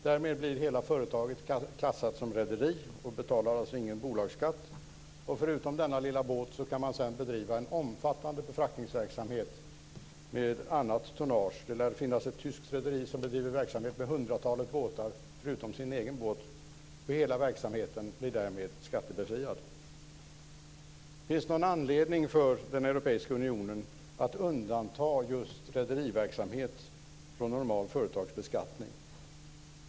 Därmed blir hela företaget klassat som rederi och betalar ingen bolagsskatt. Förutom denna lilla båt kan företaget sedan bedriva en omfattande befraktningsverksamhet med annat tonnage. Det lär finnas ett tyskt rederi som bedriver verksamhet med hundratalet båtar förutom sin egen båt. Hela verksamheten blir därmed skattebefriad. Finns det någon anledning för den europeiska unionen att undanta just rederiverksamhet från normal företagsbeskattning?